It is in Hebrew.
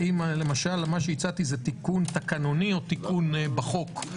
האם מה שהצעתי הוא תיקון תקנוני או תיקון בחוק,